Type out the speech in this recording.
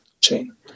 chain